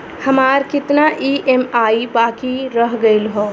हमार कितना ई ई.एम.आई बाकी रह गइल हौ?